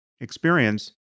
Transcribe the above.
experience